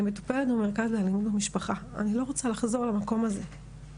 אני מטופלת למרכז לאלימות במשפחה אני לא רוצה לחזור למקום הזה.